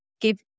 give